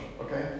okay